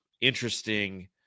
interesting